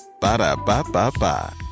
ba-da-ba-ba-ba